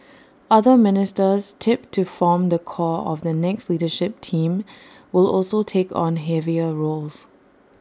other ministers tipped to form the core of the next leadership team will also take on heavier roles